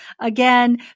again